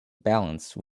balance